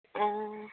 অঁ